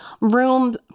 room